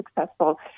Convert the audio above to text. successful